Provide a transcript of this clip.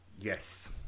Yes